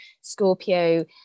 Scorpio